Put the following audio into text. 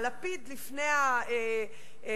הלפיד לפני העם,